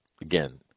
Again